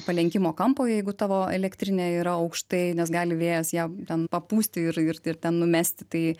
palenkimo kampo jeigu tavo elektrinė yra aukštai nes gali vėjas ją ten papūsti ir ir ten numesti tai